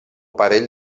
parell